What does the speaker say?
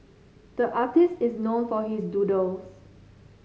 the artist is known for his doodles